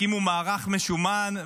הקימו מערך משומן,